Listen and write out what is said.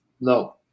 No